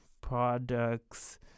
products